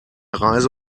reise